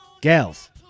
gals